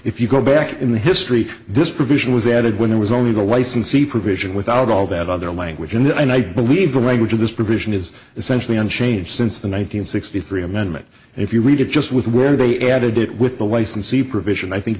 if you go back in the history this provision was added when there was only the licensee provision without all that other language and i believe the language of this provision is essentially unchanged since the one nine hundred sixty three amendment and if you read it just with where they added it with the licensee provision i think